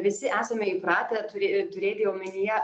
visi esame įpratę turė turėti omenyje